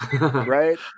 right